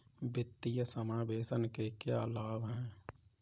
वित्तीय समावेशन के क्या लाभ हैं?